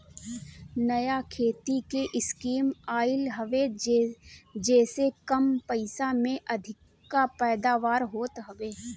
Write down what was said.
नया खेती के स्कीम आइल हवे जेसे कम पइसा में अधिका पैदावार होत हवे